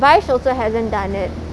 vaish also hasn't done it